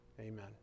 Amen